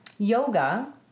yoga